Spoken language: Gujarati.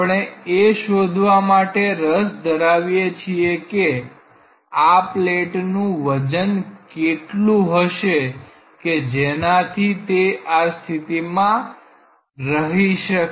આપણે એ શોધવા માટે રસ ધરાવીએ છીએ કે આ પ્લેટનું વજન કેટલું હશે કે જેનાથી તે આ સ્થિતિમાં રહી શકે